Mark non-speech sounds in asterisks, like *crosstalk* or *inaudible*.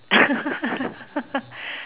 *laughs*